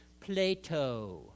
Plato